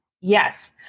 Yes